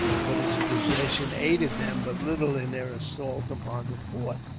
but its possession aided them but little in their assault upon the fort.